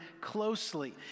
closely